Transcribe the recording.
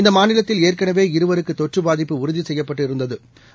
இந்தமாநிலத்தில்ஏற்கெனவேஇருவருக்குதொற்றுபாதிப்புஉறுதிசெய்யப்பட்டுஇருந்த து